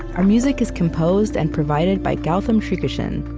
our music is composed and provided by gautam srikishan.